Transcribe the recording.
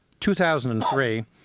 2003